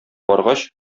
баргач